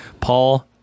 Paul